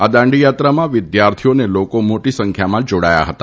આ દાંડી યાત્રામાં વિદ્યાર્થીઓ અને લોકો મોટી સંખ્યામાં જોડાયા હતા